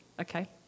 okay